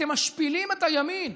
אתם משפילים את הימין.